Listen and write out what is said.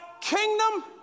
kingdom